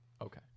Okay